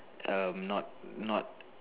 um not not